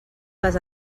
vas